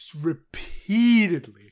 repeatedly